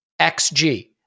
XG